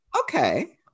Okay